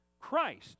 Christ